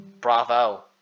Bravo